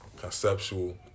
conceptual